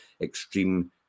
extreme